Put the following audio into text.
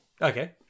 Okay